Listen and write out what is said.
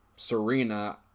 Serena